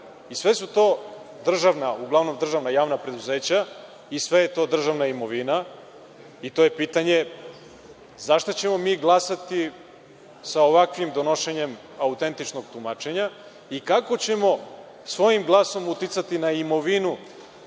itd? Sve su to uglavnom državna javna preduzeća i sve je to državna imovina. To je pitanje zašto ćemo glasati za ovakvim donošenjem autentičnog tumačenja i kako ćemo svojim glasom uticati na imovinu